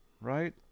Right